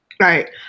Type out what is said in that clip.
Right